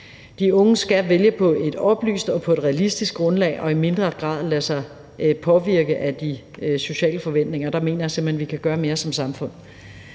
De unge skal vælge på et oplyst og realistisk grundlag og i mindre grad lade sig påvirke af de sociale forventninger, og der mener jeg simpelt hen, at vi kan gøre mere som samfund.